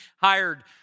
hired